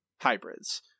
hybrids